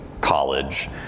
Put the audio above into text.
college